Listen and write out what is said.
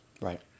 Right